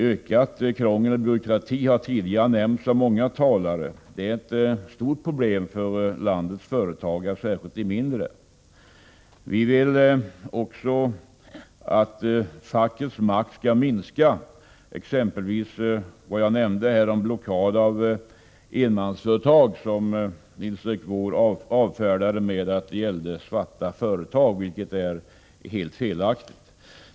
Ökat krångel och ökad byråkrati är, som tidigare nämnts av många talare, ett stort problem för landets företagare, särskilt när det gäller de mindre företagen. Vidare vill vi att fackets makt skall minska. Jag nämnde här något om blockaden av enmansföretag. Nils Erik Wååg avfärdade mina uttalanden och sade att det gällde svarta företag, men det är helt felaktigt.